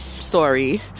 story